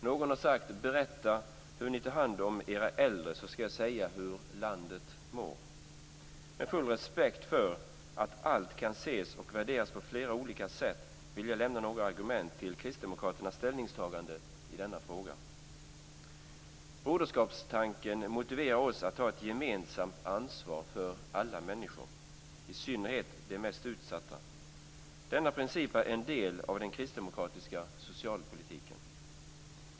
Någon har sagt: "berätta hur ni tar hand om era äldre, så skall jag säga hur landet mår". Med full respekt för att allt kan ses och värderas på flera olika sätt, vill jag lämna några argument till Kristdemokraternas ställningstagande i denna fråga. Broderskapstanken motiverar oss att ta ett gemensamt ansvar för alla människor, i synnerhet de mest utsatta. Denna princip är en del av den kristdemokratiska socialpolitiken.